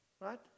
right